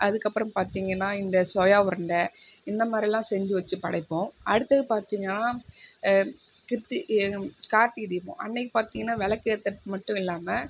அதுக்கு அப்புறம் பார்த்தீங்கனா இந்த சோயா உருண்டை இந்த மாதிரியிலாம் செஞ்சு வச்சு படைப்போம் அடுத்தது பார்த்தீங்கனா கிரித்திக் கார்த்திகை தீபம் அன்னைக்கு பார்த்தீங்கனா விளக்கேத்துறது மட்டும் இல்லாமல்